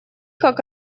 как